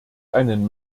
einen